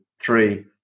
three